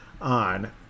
on